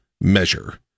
measure